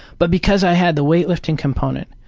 but because i had the weightlifting component,